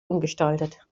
umgestaltet